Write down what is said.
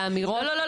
-- והאמירות -- לא,